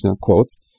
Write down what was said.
quotes